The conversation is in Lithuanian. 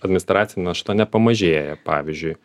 administracinė našta nepamažėja pavyzdžiui